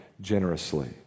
generously